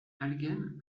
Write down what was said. alguien